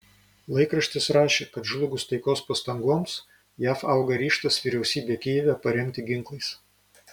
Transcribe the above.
laikraštis rašė kad žlugus taikos pastangoms jav auga ryžtas vyriausybę kijeve paremti ginklais